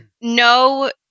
no